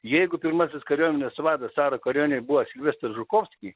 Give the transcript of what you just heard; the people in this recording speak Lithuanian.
jeigu pirmasis kariuomenės vadas caro kariuomenėj buvo silvestr žukovski